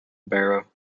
barrow